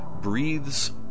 breathes